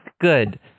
Good